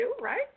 right